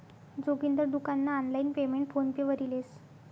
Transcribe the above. जोगिंदर दुकान नं online payment PhonePe वरी लेस